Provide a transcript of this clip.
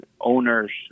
owners